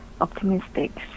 optimistic